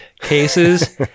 cases